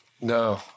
No